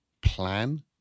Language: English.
plan